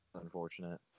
Unfortunate